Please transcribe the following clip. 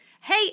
hey